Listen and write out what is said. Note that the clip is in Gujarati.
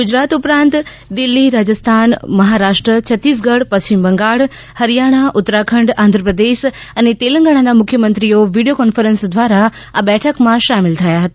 ગુજરાત ઉપરાંત દિલ્ફી રાજસ્થાન મહારાષ્ટ્ર છત્તીસગઢ પશ્ચિમ બંગાળ હરિયાણા ઉત્તરાખંડ આંધ્રપ્રદેશ અને તેલંગાણાના મુખ્યમંત્રીઓ વિડીયો કોન્ફરન્સ દ્વારા આ બેઠકમાં સામેલ થયા હતા